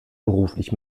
beruflich